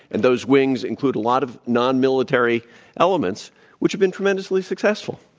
and those wings include a lot of nonmilitary elements which have been tremendously successful.